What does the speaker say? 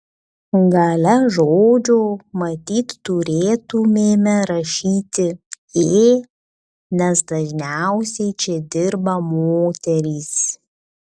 gale žodžio matyt turėtumėme rašyti ė nes dažniausiai čia dirba moterys